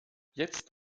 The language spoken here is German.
jetzt